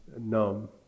numb